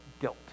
guilt